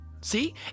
see